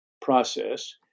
process